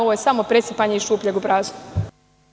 Ovo je samo presipanje iz šupljeg u prazno.